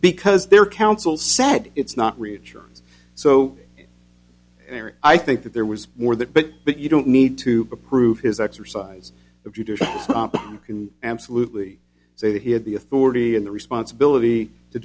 because their counsel said it's not reach or so i think that there was more that but that you don't need to approve his exercise if you can absolutely say that he had the authority and the responsibility to